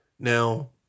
Now